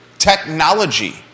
technology